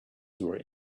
were